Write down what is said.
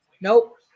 Nope